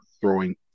throwing